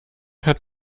hat